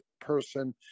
person